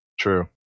True